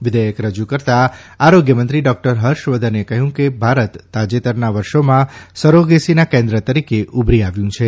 વિધેયક રજૂ કરતા આરોગ્યમંત્રી ડોકટર હર્ષવર્ધને કહ્યું કે ભારત તાજેતરના વર્ષોમાં સરોગેસીના કેન્ત્ર તરીકે ઉભરી આવ્યું છે